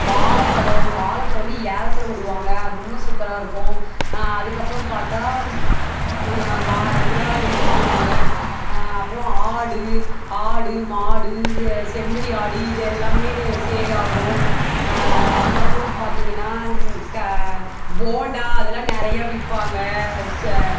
வாலப்பழம் வாலப்பழம் வந்து ஏலத்தில் விடுவாங்க அது இன்னும் சூப்பராக இருக்கும் அதுக்கப்புறம் பார்த்தா வா இதெலாம் இது பண்ணுவாங்கள் அப்புறோம் ஆடு ஆடு மாடு செம்மறி ஆடு இதெல்லாமே சேல்லாகும் அதுக்கப்புறோன்னு பார்த்தீங்கன்னா க போண்டா அதெல்லாம் நிறைய விற்பாங்க ச